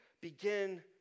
begin